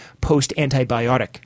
post-antibiotic